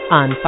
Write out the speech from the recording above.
on